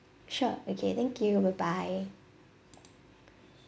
sure okay thank you bye bye